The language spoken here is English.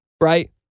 Right